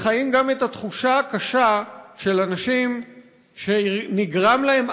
וחיים גם את התחושה הקשה של אנשים שנגרם להם